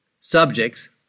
subjects